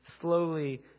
slowly